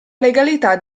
legalità